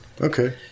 Okay